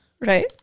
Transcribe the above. Right